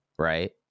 right